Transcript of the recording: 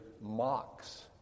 mocks